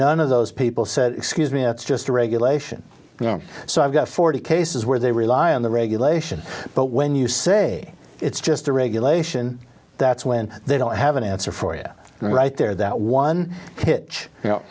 none of those people said excuse me it's just a regulation so i've got forty cases where they rely on the regulation but when you say it's just a regulation that's when they don't have an answer for you right there that one pitch you know